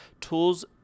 tools